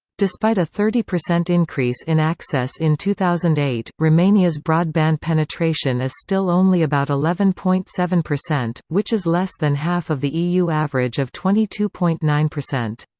despite a thirty percent increase in access in two thousand and eight, romania's broadband penetration is still only about eleven point seven percent, which is less than half of the eu average of twenty two point nine percent.